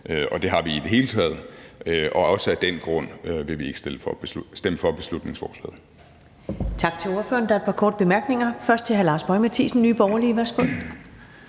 og det har vi i det hele taget, og også af den grund vil vi ikke stemme for beslutningsforslaget.